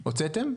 הוצאתם?